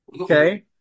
okay